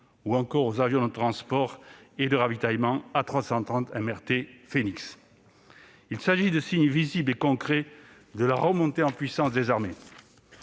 ou encore aux avions de transport et de ravitaillement A330 MRTT Phénix. Il s'agit ici de signes visibles et concrets de la remontée en puissance des armées.